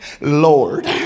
Lord